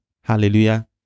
Hallelujah